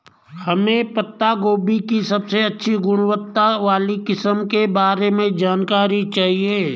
हमें पत्ता गोभी की सबसे अच्छी गुणवत्ता वाली किस्म के बारे में जानकारी चाहिए?